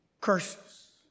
curses